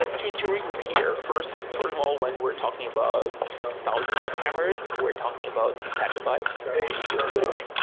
like two two reasons here. first first of all, when we're talking about thousands of cameras, we're talking about petabytes of video footage.